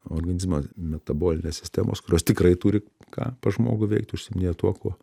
organizmo metabolinės sistemos kurios tikrai turi ką pas žmogų veikt užsiiminėja tuo kuo